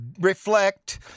reflect